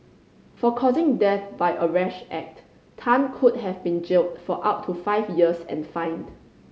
for causing death by a rash act Tan could have been jailed for up to five years and fined